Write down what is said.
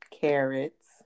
carrots